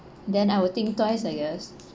then I will think twice I guess